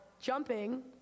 jumping